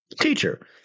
Teacher